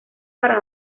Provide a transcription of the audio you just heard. para